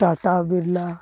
Tata Birla